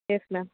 yes ma'am